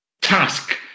task